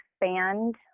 expand